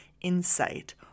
insight